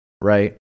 right